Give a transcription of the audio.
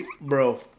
Bro